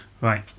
Right